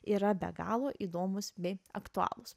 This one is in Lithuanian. yra be galo įdomūs bei aktualūs